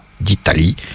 d'Italie